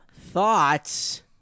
thoughts